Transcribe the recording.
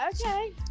okay